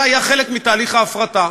זה היה חלק מתהליך ההפרטה.